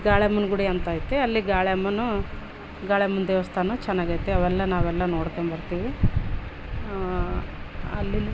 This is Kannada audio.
ಗಾಳ್ಯಮ್ಮನ ಗುಡಿ ಅಂತೈತೆ ಅಲ್ಲಿ ಗಾಳ್ಯಮ್ಮನು ಗಾಳ್ಯಮ್ಮನ ದೇವಸ್ಥಾನ ಚೆನ್ನಾಗೈತೆ ಅವೆಲ್ಲ ನಾವೆಲ್ಲ ನೋಡ್ಕಂಡು ಬರ್ತೀವಿ ಅಲ್ಲಿ